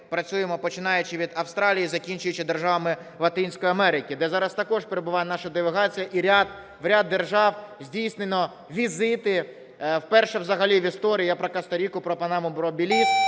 працюємо, починаючи від Австралії, закінчуючи державами Латинської Америки, де зараз також перебуває наша делегація, і в ряд держав здійснено візити вперше взагалі в історії, я про Коста-Ріку, про Панаму, про Беліз.